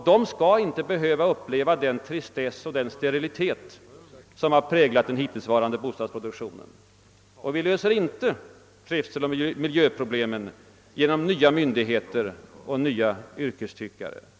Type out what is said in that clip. De skall inte behöva uppleva den tristess och den sterilitet som har präglat den hittillsvarande bostadsproduktionen. Vi löser inte trivseloch miljöproblem genom nya myndigheter och nya yrkestyckare.